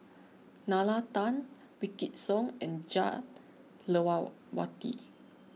Nalla Tan Wykidd Song and Jah Lelawati